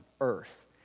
earth